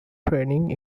training